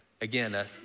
Again